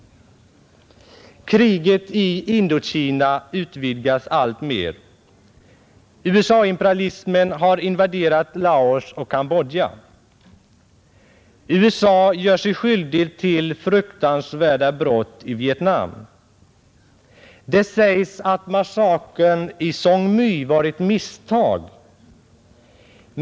Krigen i Indokina utvidgas alltmer. USA-imperialismen har invaderat Laos och Cambodja. USA gör sig skyldigt till fruktansvärda brott i Vietnam. Det sägs att massakern i Song My var ett misstag.